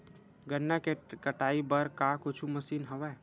गन्ना के कटाई बर का कुछु मशीन हवय?